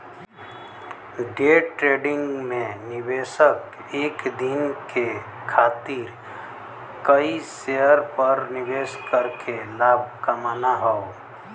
day trading में निवेशक एक दिन के खातिर कई शेयर पर निवेश करके लाभ कमाना हौ